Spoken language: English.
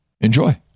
enjoy